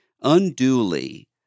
unduly